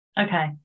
okay